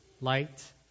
light